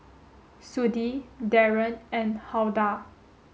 Sudie Darron and Huldah